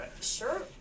Sure